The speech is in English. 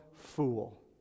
fool